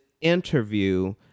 interview